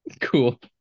cool